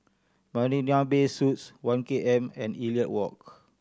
Marina Bay Suites One K M and Elliot Walk